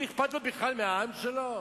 הוא אכפת לו בכלל מהעם שלו?